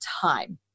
time